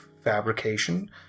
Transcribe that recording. fabrication